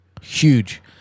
Huge